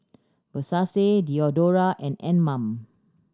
Versace Diadora and Anmum